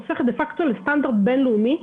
הופכת דה-פקטו לסטנדרט בין-לאומי,